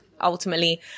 ultimately